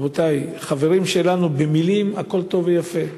רבותי, חברים שלנו, במילים הכול טוב ויפה,